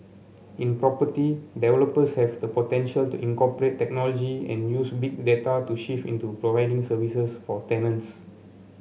in property developers have the potential to incorporate technology and use Big Data to shift into providing services for tenants